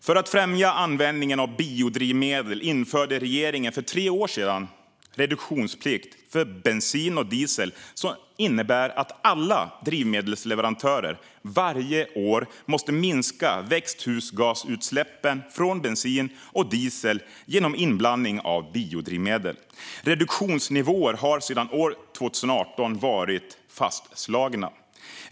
För att främja användningen av biodrivmedel införde regeringen för tre år sedan en reduktionsplikt för bensin och diesel som innebär att alla drivmedelsleverantörer varje år måste minska växthusgasutsläppen från bensin och diesel genom inblandning av biodrivmedel. Reduktionsnivåer har sedan 2018 varit fastslagna.